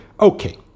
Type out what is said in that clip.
Okay